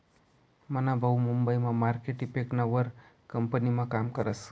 मना भाऊ मुंबई मा मार्केट इफेक्टना वर कंपनीमा काम करस